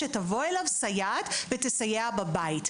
שתבוא אליו סייעת ותסייע בבית.